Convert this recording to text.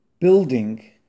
building